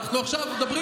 אנחנו לא דחינו